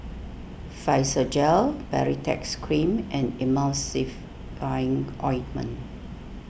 Physiogel Baritex Cream and Emulsying Ointment